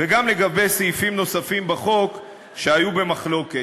וגם על סעיפים נוספים בחוק שהיו במחלוקת.